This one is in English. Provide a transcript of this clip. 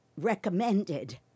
recommended